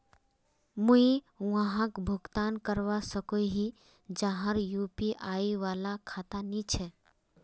मुई वहाक भुगतान करवा सकोहो ही जहार यु.पी.आई वाला खाता नी छे?